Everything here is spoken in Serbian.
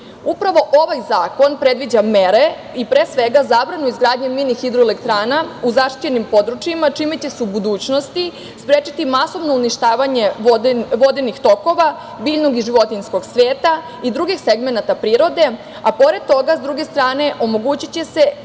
ovaj zakon predviđa mere i, pre svega, zabranu izgradnje mini hidroelektrana u zaštićenim područjima, čime će se u budućnosti sprečiti masovno uništavanje vodenih tokova, biljnog i životinjskog sveta i drugih segmenata prirode, a pored toga, s druge strane, omogućiće se